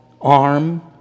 arm